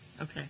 Okay